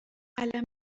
قلمه